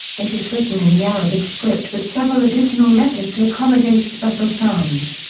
it is written in the arabic script with several additional letters to accommodate special sounds.